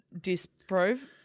disprove